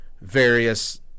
various